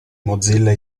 mozilla